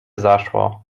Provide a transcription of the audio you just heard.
zaszło